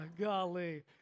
Golly